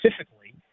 specifically